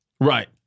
Right